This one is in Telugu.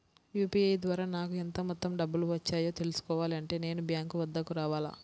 యూ.పీ.ఐ ద్వారా నాకు ఎంత మొత్తం డబ్బులు వచ్చాయో తెలుసుకోవాలి అంటే నేను బ్యాంక్ వద్దకు రావాలా?